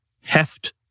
Heft